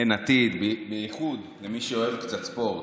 אין עתיד, בייחוד למי שאוהב קצת ספורט.